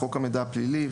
מחוק המידע הפלילי.